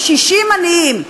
קשישים עניים.